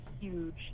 huge